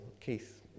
Keith